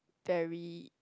very